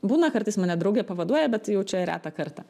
būna kartais mane drauge pavaduoja bet jau čia retą kartą